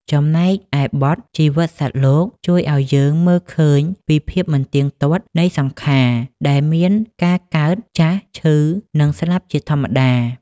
ចំណែកឯបទ ជីវិតសត្វលោក ជួយឱ្យយើងមើលឃើញពីភាពមិនទៀងទាត់នៃសង្ខារ ដែលមានការកើត ចាស់ ឈឺ និងស្លាប់ជាធម្មតា។